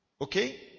okay